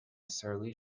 surly